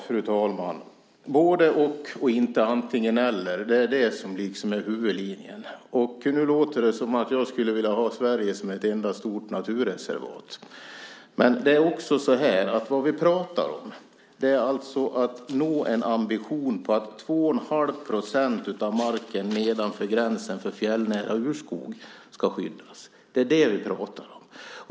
Fru talman! Både-och och inte antingen-eller, det är det som är huvudlinjen. Nu låter det som om jag skulle vilja ha Sverige som ett enda stort naturreservat. Men det vi pratar om är alltså att nå ambitionen att 2 1⁄2 % av marken nedanför gränsen för fjällnära urskog ska skyddas. Det är det vi pratar om.